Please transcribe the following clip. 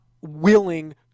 willing